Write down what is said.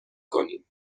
کنیم